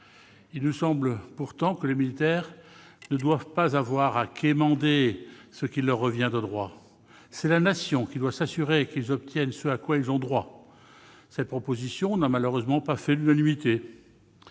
Il nous semble pourtant que les militaires ne doivent pas avoir à quémander ce qui leur revient de droit. C'est la Nation qui doit s'assurer qu'ils obtiennent ce à quoi ils ont droit. Cette proposition de loi n'a malheureusement pas fait l'unanimité.